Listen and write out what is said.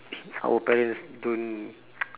our parents don't